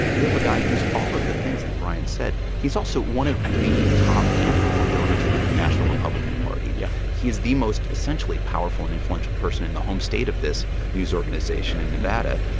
you have a guy who's all of the things that brian said. he's also one of the top handful of donors to the national republican party. yeah he is the most essentially powerful and influential person in the home state of this news organization in nevada